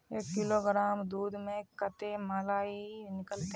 एक किलोग्राम दूध में कते मलाई निकलते?